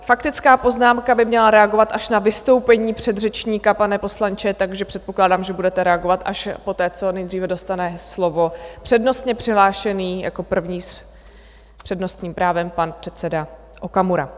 Faktická poznámka by měla reagovat až na vystoupení předřečníka, pane poslanče, takže předpokládám, že budete reagovat až poté, co nejdříve dostane slovo přednostně přihlášený jako první s přednostním právem, pan předseda Okamura.